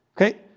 Okay